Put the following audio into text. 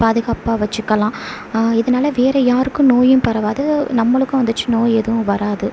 பாதுகாப்பாக வச்சுக்கலாம் இதனால் வேறு யாருக்கும் நோயும் பரவாது நம்மளுக்கும் வந்துவிட்டு நோய் எதுவும் வராது